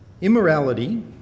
immorality